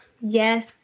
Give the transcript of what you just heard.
Yes